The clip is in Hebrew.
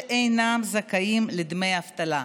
שאינם זכאים לדמי אבטלה.